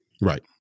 right